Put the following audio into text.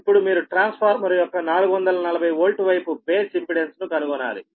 ఇప్పుడు మీరు ట్రాన్స్ఫార్మర్ యొక్క 440 వోల్ట్ వైపు బేస్ ఇంపెడెన్స్ను కనుగొనాలి